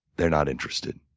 they're not interested.